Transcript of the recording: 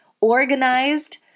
organized